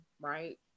right